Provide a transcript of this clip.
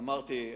אמרתי,